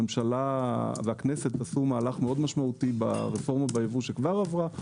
הממשלה והכנסת עשו מהלך מאוד משמעותי ברפורמה בייבוא שכבר עברה,